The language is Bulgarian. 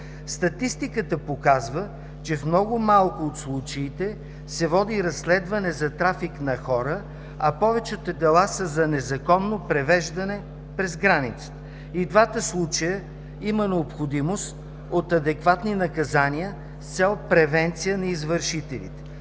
Статистиката показва, че в много малко от случаите се води разследване за трафик на хора, а повечето дела са за незаконно превеждане през граница. И в двата случая има необходимост от адекватни наказания с цел превенция на извършителите.